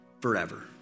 forever